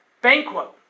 Banquo